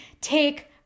take